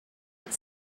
but